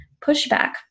pushback